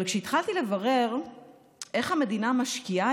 אבל כשהתחלתי לברר איך המדינה משקיעה